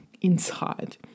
inside